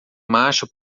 macho